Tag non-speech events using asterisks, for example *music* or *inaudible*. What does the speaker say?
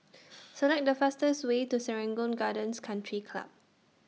*noise* Select The fastest Way to Serangoon Gardens Country Club